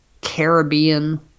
Caribbean